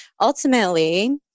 ultimately